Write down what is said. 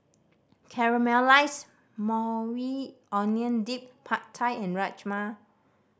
Caramelized Maui Onion Dip Pad Thai and Rajma